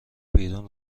بیرون